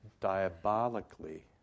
diabolically